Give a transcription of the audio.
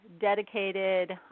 dedicated